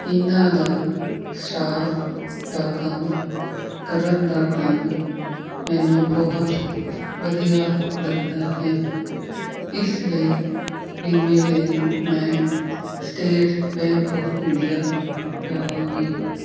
ਇਹਨਾਂ ਦਾ ਸਟਾਫ ਦਾ ਕੰਮ ਕਰਨ ਦਾ ਢੰਗ ਮੈਨੂੰ ਬਹੁਤ ਵਧੀਆ ਲੱਗਦਾ ਹੈ ਇਸ ਲਈ ਬੀਮੇ ਲਈ ਮੈਂ ਸਟੇਟ ਬੈਂਕ ਆਫ ਇੰਡੀਆ ਜਾਵਾਂਗੀ